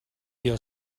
your